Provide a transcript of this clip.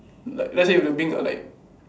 let let's say if you bring a like